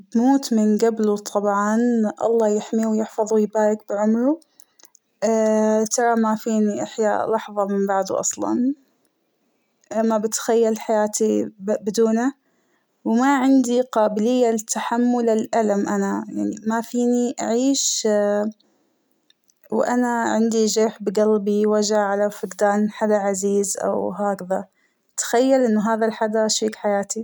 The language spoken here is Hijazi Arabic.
بموت من قبله طبعاً ، الله يحميه ويحفظه ويبارك بعمره ترى ما فينى أحيا لحظة من بعده اصلاً ، ما بتخيل حياتى بدونه ، وما عندى قابلية لتحمل الألم أنا ، يعنى ما فينى أعيش وأنا عندى جرح بقلبى وجع على فقدان حدا عزيزأو هكذا تخيل أنه هاذا الحدا شريك حياتى.